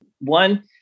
One